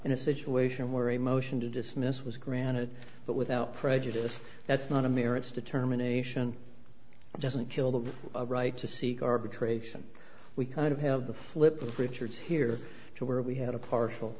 in a situation where a motion to dismiss was granted but without prejudice that's not a merits determination doesn't kill the right to seek arbitration we kind of have the flip of richard's here to where we had a partial